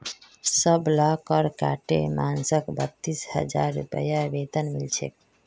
सबला कर काटे मानसक बत्तीस हजार रूपए वेतन मिल छेक